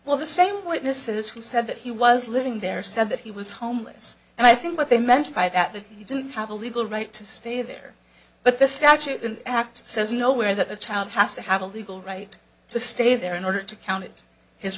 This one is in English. well the same witnesses who said that he was living there said that he was homeless and i think what they meant by that that he didn't have a legal right to stay there but the statute in act says nowhere that the child has to have a legal right to stay there in order to count it his